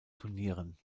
turnieren